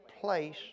place